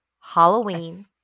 Halloween